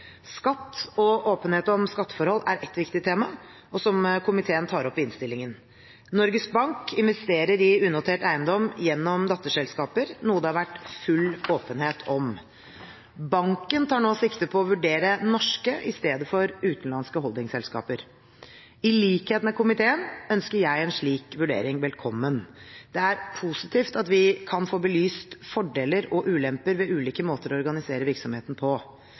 Skatt og åpenhet om skatteforhold er et viktig tema, og som komiteen tar opp i innstillingen. Norges Bank investerer i unotert eiendom gjennom datterselskaper, noe det har vært full åpenhet om. Banken tar nå sikte på å vurdere norske i stedet for utenlandske holdingselskaper. I likhet med komiteen ønsker jeg en slik vurdering velkommen. Det er positivt at vi kan få belyst fordeler og ulemper ved ulike måter å organisere virksomheten på.